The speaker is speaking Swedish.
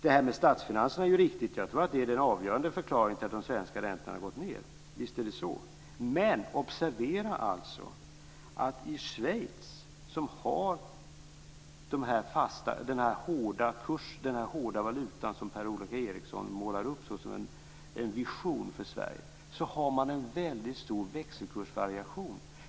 Det här med statsfinanserna är riktigt. Jag tror att det är den avgörande förklaringen till att de svenska räntorna har gått ned. Visst är det så. Men observera att i Schweiz, som har den hårda valuta som Per-Ola Eriksson målar upp som en vision för Sverige, har man en väldigt stor växelkursvariation.